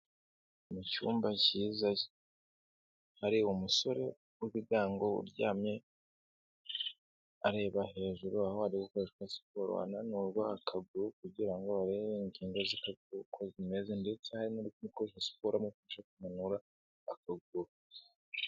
Mu cyumba cyiza, hari umusore w'ibigango uryamye areba hejuru aho ari gukoreshwa siporo, ananura akaguru kugira ngo arebe ingingo ze uko zimeze, ndetse hari n'uri kumukoresha siporo amufasha kunanura akaguru.